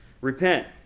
Repent